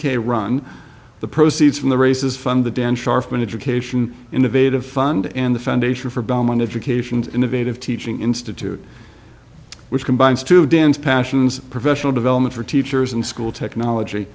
k run the proceeds from the races fund the dan sharpen education innovative fund and the foundation for belmont education innovative teaching institute which combines two dance passions professional development for teachers and school technology